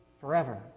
forever